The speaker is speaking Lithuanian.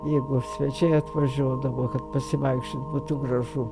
jeigu svečiai atvažiuodavo kad pasivaikščiot būtų gražu